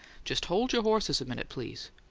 just hold your horses a minute, please.